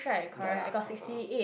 ya lah of course lah